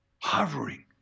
Hovering